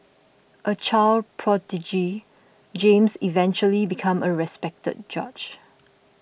a child prodigy James eventually became a respected judge